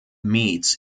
meets